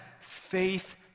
faith